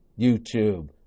YouTube